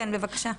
כן, בבקשה.